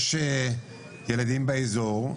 יש ילדים באיזור,